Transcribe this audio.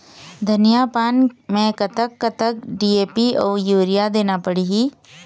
धनिया पान मे कतक कतक डी.ए.पी अऊ यूरिया देना पड़ही?